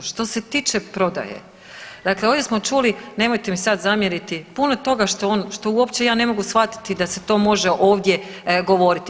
Što se tiče prodaje, dakle ovdje smo čuli, nemojte mi sada zamjeriti puno toga što uopće ja ne mogu shvatiti da se to može ovdje govoriti.